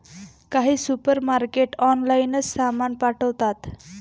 काही सुपरमार्केट ऑनलाइनच सामान पाठवतात